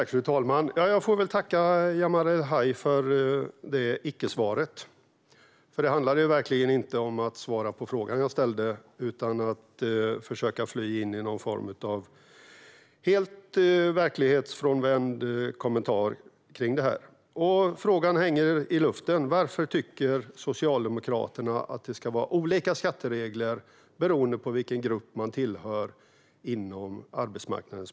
Fru talman! Jag får väl tacka Jamal El-Haj för icke-svaret, för det handlade verkligen inte om att svara på frågan jag ställde utan om att försöka fly in i någon form av helt verklighetsfrånvänd kommentar. Frågan hänger i luften: Varför tycker Socialdemokraterna att det ska vara olika skatteregler beroende på vilken grupp man tillhör på arbetsmarknaden?